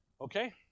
Okay